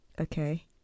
okay